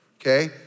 Okay